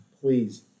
please